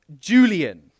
Julian